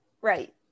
right